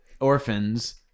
orphans